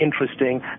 interesting